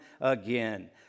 again